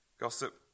Gossip